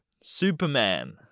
Superman